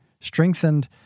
strengthened